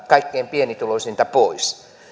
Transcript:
kaikkein pienituloisinta pois